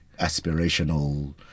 aspirational